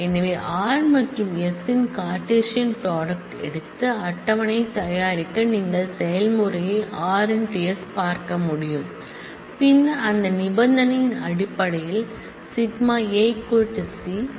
எனவே r மற்றும் s இன் கார்ட்டீசியன் ப்ராடக்ட் எடுத்து டேபிள் யை தயாரிக்க நீங்கள் செயல்முறையை r × s பார்க்க முடியும் பின்னர் அந்த கண்டிஷன் யின் அடிப்படையில் σA C r × s